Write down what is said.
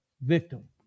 Victim